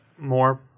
more